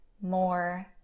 more